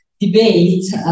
Debate